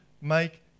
make